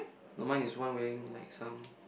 no mine is one wearing like some